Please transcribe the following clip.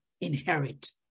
inherit